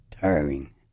tiring